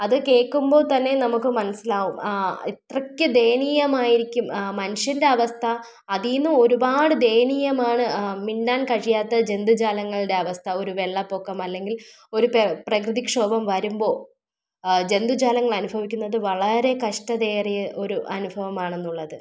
അത് കേൾക്കുമ്പോൾ തന്നെ നമുക്ക് മനസ്സിലാകും ആ ഇത്രക്ക് ദയനീയമായിരിക്കും മനുഷ്യൻ്റെ അവസ്ഥ അതിൽ നിന്നും ഒരുപാട് ദയനീയമാണ് മിണ്ടാൻ കഴിയാത്ത ജന്തുജാലങ്ങളുടെ അവസ്ഥ ഒരു വെള്ളപ്പൊക്കം അല്ലെങ്കിൽ ഒരു പ്ര പ്രകൃതിക്ഷോപം വരുമ്പോൾ ജന്തുജാലങ്ങൾ അനുഭവിക്കുന്നത് വളരെ കഷ്ടത ഏറിയ ഒരു അനുഭവമാണെന്നുള്ളത്